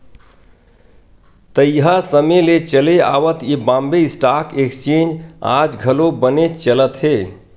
तइहा समे ले चले आवत ये बॉम्बे स्टॉक एक्सचेंज आज घलो बनेच चलत हे